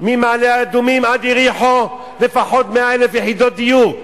ממעלה-אדומים עד יריחו לפחות 100,000 יחידות דיור,